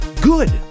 good